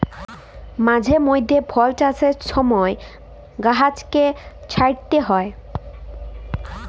মাঝে মইধ্যে ফল চাষের ছময় গাহাচকে ছাঁইটতে হ্যয়